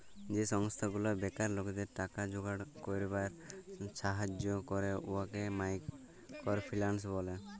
যে সংস্থা গুলা বেকার লকদের টাকা জুগাড় ক্যইরবার ছাহাজ্জ্য ক্যরে উয়াকে মাইকর ফিল্যাল্স ব্যলে